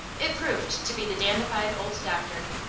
it proved to be the dandified old doctor,